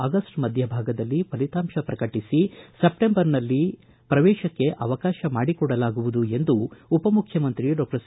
August ಮಧ್ಯ ಭಾಗದಲ್ಲಿ ಫಲಿತಾಂಶ ಪ್ರಕಟಿಸಿ ಸೆಪ್ಟೆಂಬರ್ ಆರಂಭದಲ್ಲೇ ಪ್ರವೇಶಕ್ಕೆ ಅವಕಾಶ ಮಾಡಿಕೊಡಲಾಗುವುದು ಎಂದು ಉಪಮುಖ್ಯಮಂತ್ರಿ ಡಾಕ್ಟರ್ ಸಿ